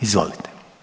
Izvolite.